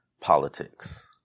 politics